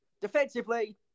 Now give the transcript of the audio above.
Defensively